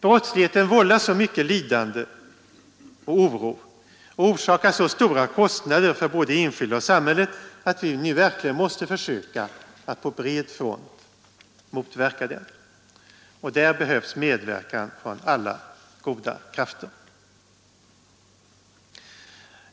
Brottsligheten vållar så mycket lidande och oro och orsakar så stora kostnader för både enskilda och samhället att vi nu verkligen måste försöka att på bred front motverka den. Och där behövs medverkan från alla goda krafter.